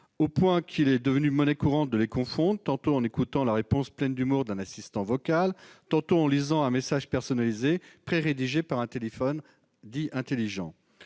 au point qu'il est devenu monnaie courante de les confondre, tantôt en écoutant la réponse pleine d'humour d'un assistant vocal, tantôt en lisant un message personnalisé prérédigé par un téléphone dit « intelligent